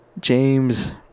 James